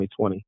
2020